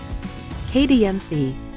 KDMC